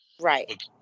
Right